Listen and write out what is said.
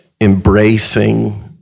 embracing